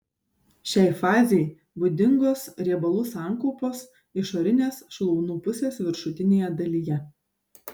šiai fazei būdingos riebalų sankaupos išorinės šlaunų pusės viršutinėje dalyje